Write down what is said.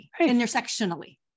intersectionally